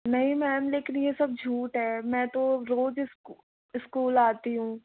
नहीं मैम लेकिन ये सब झूठ है मैं तो रोज़ स्कू स्कूल आती हूँ